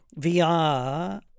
VR